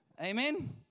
Amen